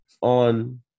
on